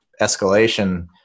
escalation